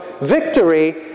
victory